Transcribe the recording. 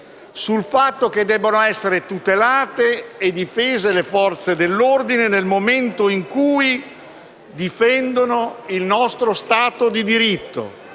sul fatto che debbano essere tutelate e difese le Forze dell'ordine nel momento in cui difendono il nostro stato di diritto,